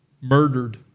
murdered